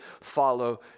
follow